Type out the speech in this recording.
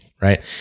right